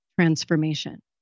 transformation